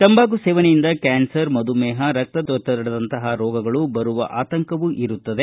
ತಂಬಾಕು ಸೇವನೆಯಿಂದ ಕ್ಯಾನ್ಸರ್ ಮಧುಮೇಹ ರಕ್ತದೊತ್ತಡದಂತಹ ರೋಗಗಳು ಬರುವ ಆತಂಕವೂ ಇರುತ್ತದೆ